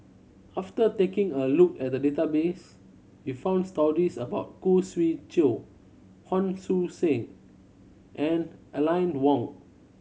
after taking a look at the database we found stories about Khoo Swee Chiow Hon Su Sen and Aline Wong